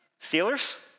Steelers